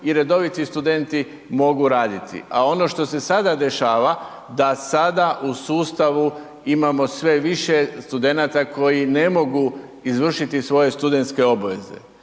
i redoviti i studenti mogu raditi a ono što se sada dešava da sada u sustavu imamo sve više studenata koji ne mogu izvršiti svoje studentske obveze